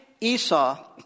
Esau